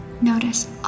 Notice